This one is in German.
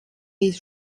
ist